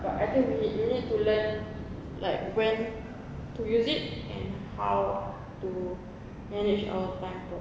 but I think we we need to learn like when to use it and how to manage our time